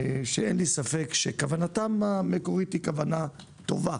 אין לי ספק שכוונתם המקורית היא כוונה טובה,